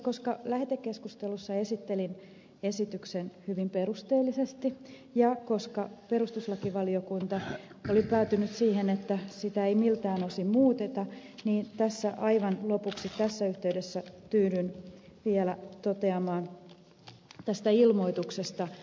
koska lähetekeskustelussa esittelin esityksen hyvin perusteellisesti ja koska perustuslakivaliokunta oli päätynyt siihen että sitä ei miltään osin muuteta niin tässä yhteydessä aivan lopuksi tyydyn vielä toteamaan tästä ilmoituksesta